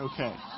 okay